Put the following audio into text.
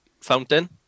Fountain